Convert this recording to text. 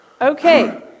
Okay